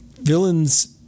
villains